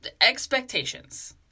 expectations